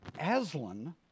Aslan